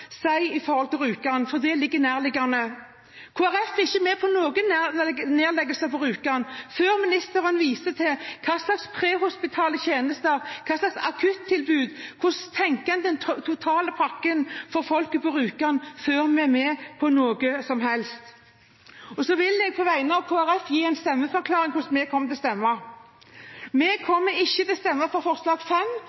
si med hensyn til sykehuset i Rjukan, for det er nærliggende. Kristelig Folkeparti er ikke med på noen nedleggelse av Rjukan Sykehus før ministeren viser til hva slags prehospitale tjenester, hva slags akuttilbud og hvordan en tenker at den totale pakken for folk på Rjukan skal være. På vegne av Kristelig Folkeparti vil jeg også gi en stemmeforklaring på hvordan vi kommer til å stemme. Vi